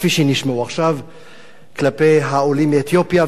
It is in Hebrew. כפי שנשמעו עכשיו כלפי העולים מאתיופיה.